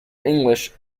english